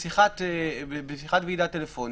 בשיחת ועידה טלפונית,